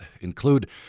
include